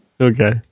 Okay